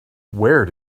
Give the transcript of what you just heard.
where